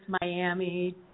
miami